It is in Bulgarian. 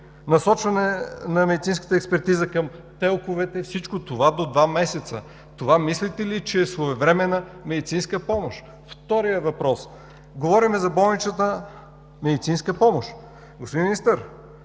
насочване на медицинската експертиза към телковете. Всичко това до два месеца? Това, мислите ли, че е своевременна медицинска помощ? Вторият въпрос: говорим за болничната медицинска помощ. Господин Министър,